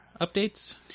updates